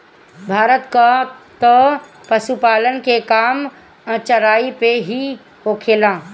भारत में तअ पशुपालन के काम चराई पे ही होखेला